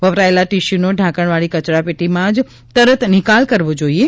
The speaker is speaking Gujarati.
વપરાયેલા ટીશ્યૂનો ઢાંકણવાળી કચરાપેટીમાં જ તરત નિકાલ કરવો જોઈએ